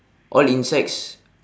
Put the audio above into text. all insects